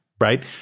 right